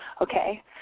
okay